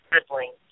siblings